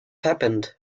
happened